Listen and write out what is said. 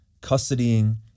custodying